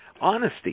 Honesty